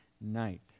night